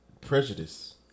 prejudice